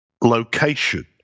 location